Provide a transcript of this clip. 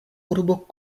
urbo